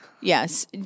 Yes